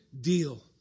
deal